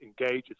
engages